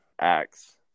Acts